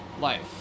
life